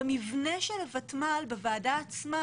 במבנה של הוותמ"ל, בוועדה עצמה